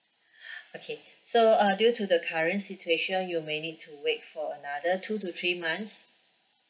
okay so uh due to the current situation you may need to wait for another two to three months